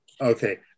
Okay